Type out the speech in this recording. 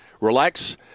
relax